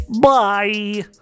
Bye